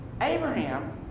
Abraham